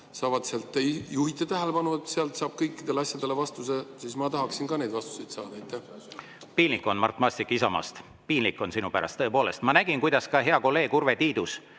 raamatuid. Te juhite tähelepanu, et sealt saab kõikidele asjadele vastuse. Ma tahaksin ka neid vastuseid saada. Piinlik on, Mart Maastik Isamaast, piinlik on sinu pärast, tõepoolest. Ma nägin, kuidas ka hea kolleeg Urve Tiidus